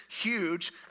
huge